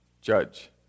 judge